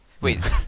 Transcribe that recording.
Wait